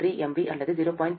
3 mV அல்லது 0